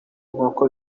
inkoko